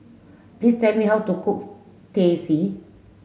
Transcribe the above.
please tell me how to cook Teh C